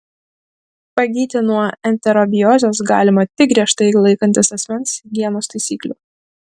pagyti nuo enterobiozės galima tik griežtai laikantis asmens higienos taisyklių